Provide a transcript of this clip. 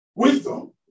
Wisdom